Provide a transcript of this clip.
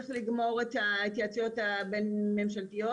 צריך לגמור את ההתייעצויות הבין ממשלתיות,